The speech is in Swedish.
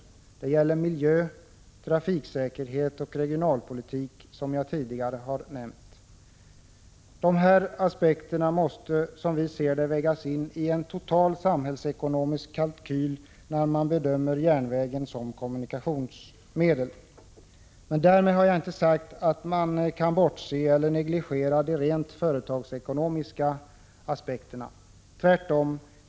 Vidare gäller det miljö, trafiksäkerhet och regionalpolitik — som jag tidigare har nämnt. ' Prot. 1985/86:142 När man bedömer järnvägen som kommunikationsmedel måste dessa 15 maj 1986 aspekter, som vi ser det, vägas in i en total samhällsekonomisk kalkyl. Därmed har jag dock inte sagt att man kan bortse från eller negligera de rent företagsekonomiska aspekterna — tvärtom.